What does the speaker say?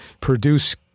produce